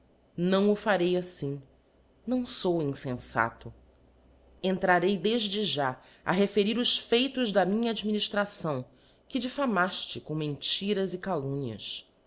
não o farei aíbm não fou infenfato elntrarci defde já a referir os feitos da minha adminiftração que diffamaíle com mentiras e calumnias